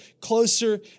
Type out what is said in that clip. closer